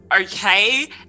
okay